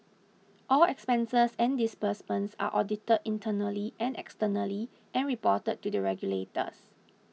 all expenses and disbursements are audited internally and externally and reported to the regulators